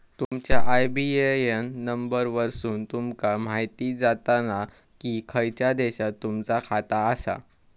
तुमच्या IBAN number वरसुन तुमका म्हायती जाताला की खयच्या देशात तुमचा खाता आसा